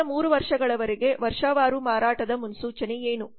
ಮುಂದಿನ 3 ವರ್ಷಗಳವರೆಗೆ ವರ್ಷವಾರು ಮಾರಾಟದ ಮುನ್ಸೂಚನೆ ಏನು